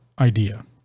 idea